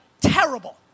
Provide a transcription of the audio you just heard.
terrible